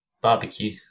Barbecue